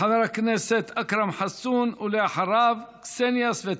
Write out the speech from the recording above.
חבר הכנסת אכרם חסון, ואחריו, קסניה סבטלובה.